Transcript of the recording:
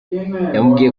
yamubwiye